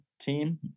team